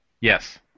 Yes